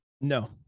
No